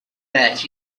bet